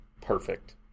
perfect